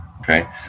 okay